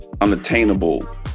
unattainable